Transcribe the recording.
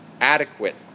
adequate